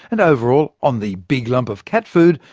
and overall, on the big lump of cat food,